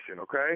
okay